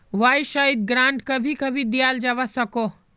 वाय्सायेत ग्रांट कभी कभी दियाल जवा सकोह